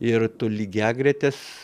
ir tu lygiagretes